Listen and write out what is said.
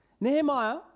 Nehemiah